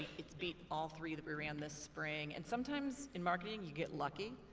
it's beat all three that we ran this spring. and sometimes in marketing you get lucky,